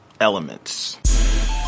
elements